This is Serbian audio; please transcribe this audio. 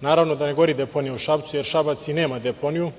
Naravno da ne gori deponija u Šapcu, jer Šabac i nema deponiju.